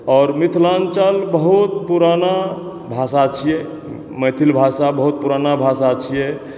आओर मिथिलाञ्चल बहुत पुराना भाषा छियै मैथिल भाषा बहुत पुराना भाषा छियै